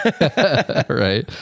Right